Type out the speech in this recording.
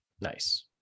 Nice